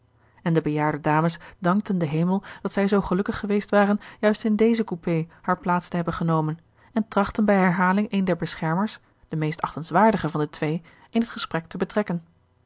en de bejaarde dames dankten den hemel dat zij zoo gelukkig geweest waren juist in deze coupé hare plaats te hebben genomen en trachtten bij herhaling een der beschermers den meest achtenswaardigen van de twee in het gesprek te betrekken